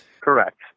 Correct